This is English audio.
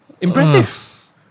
impressive